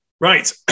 Right